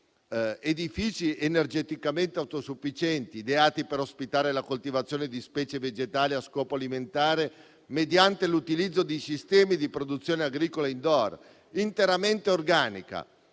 edifici energeticamente autosufficienti, ideati per ospitare la coltivazione di specie vegetali a scopo alimentare mediante l'utilizzo di sistemi di produzione agricola *indoor* interamente organica.